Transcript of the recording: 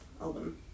album